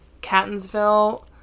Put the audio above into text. Catonsville